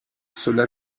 cela